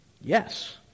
Yes